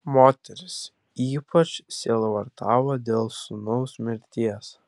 moteris ypač sielvartavo dėl sūnaus mirties